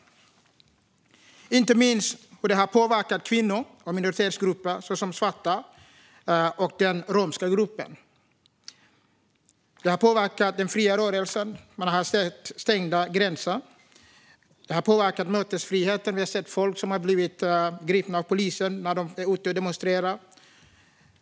Det handlar inte minst om hur det har påverkat kvinnor och minoritetsgrupper, såsom svarta och den romska gruppen. Detta har påverkat den fria rörligheten. Man har stängda gränser. Det har påverkat mötesfriheten. Vi har sett människor som har blivit gripna av polisen när de varit ute och demonstrerat.